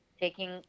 taking